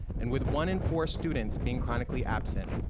and with one in four students being chronically absent,